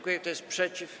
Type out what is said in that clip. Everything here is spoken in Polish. Kto jest przeciw?